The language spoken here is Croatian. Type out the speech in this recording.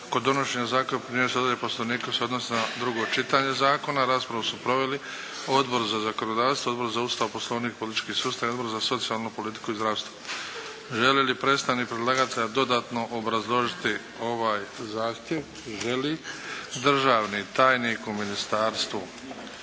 Kod donošenja zakona primjenjuju se odredbe Poslovnika koje se odnose na drugo čitanje zakona. Raspravu su proveli Odbor za zakonodavstvo, Odbor za Ustav, Poslovnik i politički sustav i Odbor za socijalnu politiku i zdravstvo. Želi li predstavnik predlagatelja dodatno obrazložiti ovaj zahtjev? Želi. Državni tajnik u Ministarstvu